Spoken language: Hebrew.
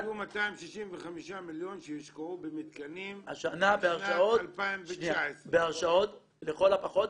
אמרו 265 מיליון שיושקעו במתקנים בשנת 2019. השנה בהרשאות לכל הפחות,